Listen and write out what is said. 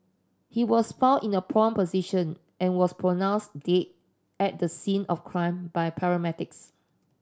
he was found in a prone position and was pronounce dead at the scene of crime by paramedics